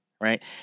right